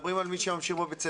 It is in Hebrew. מדברים על מי שממשיך בבית הספר.